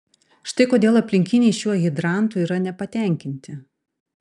štai kodėl aplinkiniai šiuo hidrantu yra nepatenkinti